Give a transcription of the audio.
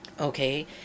Okay